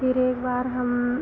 फिर एक बार हम